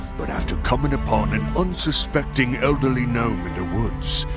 but after coming upon an unsuspecting elderly gnome in the woods,